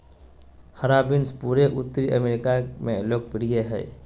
हरा बीन्स पूरे उत्तरी अमेरिका में लोकप्रिय हइ